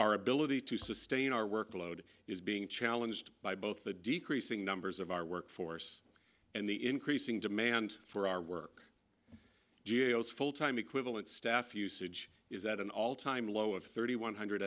our ability to sustain our workload is being challenged by both the decreasing numbers of our workforce and the increasing demand for our work jails full time equivalent staff usage is at an all time low of thirty one hundred